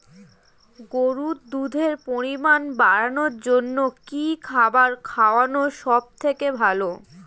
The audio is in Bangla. গরুর দুধের পরিমাণ বাড়ানোর জন্য কি খাবার খাওয়ানো সবথেকে ভালো?